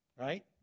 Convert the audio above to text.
right